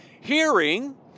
hearing